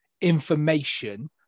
information